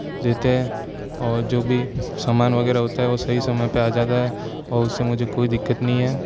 देते हैं और जो भी सामान वगैरह होता है वो सही समय पे आ जाता है और उससे मुझे कोई दिक्कत नहीं है